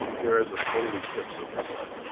there is a total eclipse of the sun.